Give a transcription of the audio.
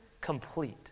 Complete